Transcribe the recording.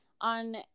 on